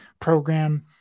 program